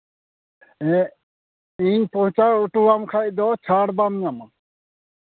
ᱤᱧ ᱯᱳᱸᱣᱪᱷᱟᱣ ᱦᱚᱴᱚ ᱟᱢ ᱠᱷᱟᱱ ᱫᱚ ᱪᱷᱟᱲ ᱵᱟᱢ ᱧᱟᱢᱟ